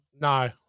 No